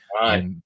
Right